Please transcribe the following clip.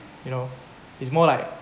you know it's more like